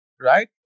right